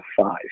five